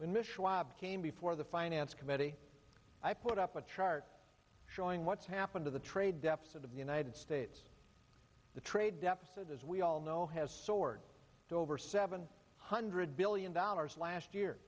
michele came before the finance committee i put up a chart showing what's happened to the trade deficit of the united states the trade deficit as we all know has soared to over seven hundred billion dollars last year